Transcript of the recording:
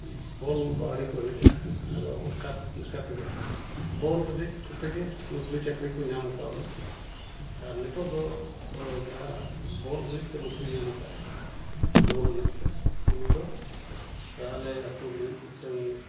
ᱵᱚᱞᱫᱚ ᱟᱹᱰᱤᱠᱚ ᱮᱱᱮᱡᱼᱟ ᱟᱫᱚ ᱚᱱᱠᱟ ᱞᱮᱠᱟᱛᱮᱜᱮ ᱵᱚᱞ ᱮᱱᱮᱡ ᱠᱚᱛᱮᱜᱮ ᱱᱩᱠᱨᱤᱼᱪᱟᱹᱠᱨᱤᱠᱚ ᱧᱟᱢ ᱠᱟᱣᱱᱟ ᱟᱨ ᱱᱤᱛᱚᱜᱫᱚ ᱡᱟᱦᱟᱸ ᱵᱚᱞ ᱮᱱᱮᱡᱛᱮ ᱱᱩᱠᱨᱤ ᱧᱟᱢ ᱟᱠᱟᱫᱼᱮ ᱯᱷᱩᱴᱵᱚᱞ ᱮᱱᱮᱡᱛᱮ ᱩᱱᱤᱫᱚ ᱟᱞᱮ ᱟᱛᱳᱨᱤᱱᱤᱡ ᱢᱤᱫᱴᱮᱱ